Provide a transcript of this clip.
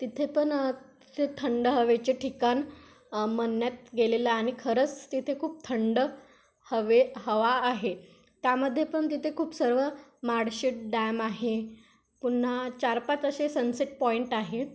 तिथे पण तिथे थंड हवेचे ठिकाण म्हणण्यात गेलेलं आहे आणि खरंच तिथे खूप थंड हवे हवा आहे त्यामध्ये पण तिथे खूप सर्व माळशेज डॅम आहे पुन्हा चार पाच असे सनसेट पॉइंट आहेत